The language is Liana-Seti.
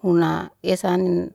Huna esan